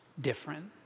different